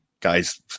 Guys